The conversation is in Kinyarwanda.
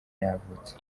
yavutse